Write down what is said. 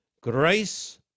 grace